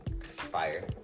Fire